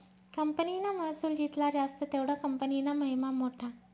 कंपनीना महसुल जित्ला जास्त तेवढा कंपनीना महिमा मोठा